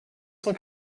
cent